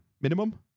minimum